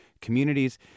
communities